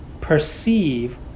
perceive